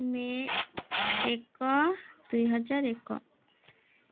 ମେ ଏକ ଦୁଇହଜାର ଏକ